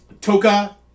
Toka